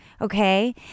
Okay